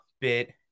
bit